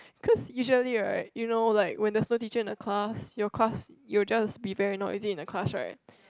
cause usually right you know like when there is no teacher in the class your class you just be very noisy in the class right